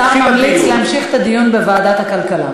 השר ממליץ להמשיך את הדיון בוועדת הכלכלה.